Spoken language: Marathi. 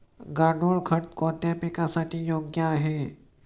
गांडूळ खत कोणत्या पिकासाठी योग्य आहे?